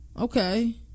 Okay